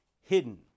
hidden